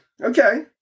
Okay